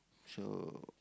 so